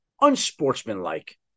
unsportsmanlike